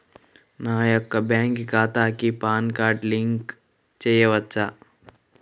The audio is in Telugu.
నా యొక్క బ్యాంక్ ఖాతాకి పాన్ కార్డ్ లింక్ చేయవచ్చా?